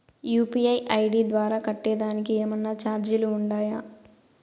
UPI ID ద్వారా కట్టేదానికి ఏమన్నా చార్జీలు ఉండాయా?